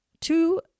Two